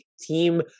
team